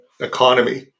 economy